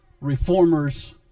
reformers